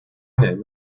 name